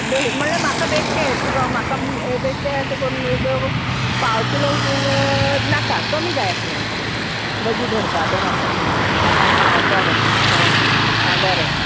बे म्हळ्यार म्हाका बेश्टे तुका म्हाका बेश्टे अशें करून एक पाव किलो बीन नाका कमी जाय आसलें मातशें मदीं धरपा तें म्हाका आं बरें आं आं बरें